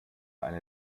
eine